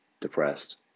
depressed